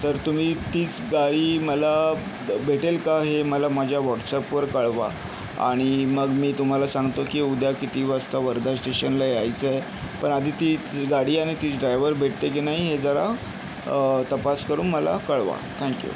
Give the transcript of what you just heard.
तर तुम्ही तीच गाडी मला भेटेल का हे मला माझ्या व्हॉटसॲपवर कळवा आणि मग मी तुम्हाला सांगतो की उद्या किती वाजता वर्धा स्टेशनला यायचं आहे पण आधी तीच गाडी आणि तीच ड्रायव्हर भेटते की नाही हे जरा तपास करून मला कळवा थँक यू